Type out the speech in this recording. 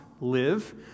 live